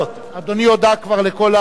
אדוני כבר הודה לכל, אדוני,